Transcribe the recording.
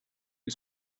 who